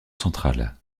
centrale